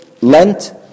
Lent